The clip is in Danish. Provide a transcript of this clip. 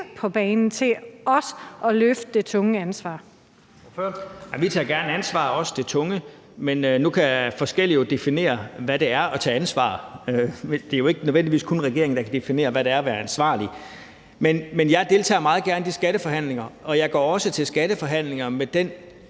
Søren Pape Poulsen (KF): Vi tager gerne ansvar, også det tunge. Men nu kan forskellige folk jo definere, hvad det er at tage ansvar. Det er jo ikke nødvendigvis kun regeringen, der kan definere, hvad det er at være ansvarlig. Men jeg deltager meget gerne i de skatteforhandlinger, og jeg går også til skatteforhandlinger med den